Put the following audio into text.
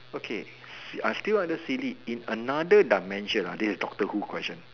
okay Si~ still under silly in another dimension ah this is doctor who question